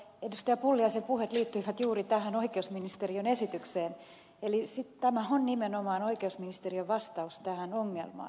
pulliaisen puheet liittyivät juuri tähän oikeusministeriön esitykseen eli tämä on nimenomaan oikeusministeriön vastaus tähän ongelmaan